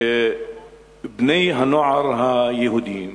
שבני-הנוער היהודים